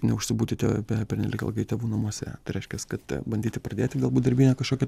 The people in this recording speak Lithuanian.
neužsibūti te pernelyg ilgai tėvų namuose tai reiškias kad bandyti pradėti galbūt darbinę kažkokią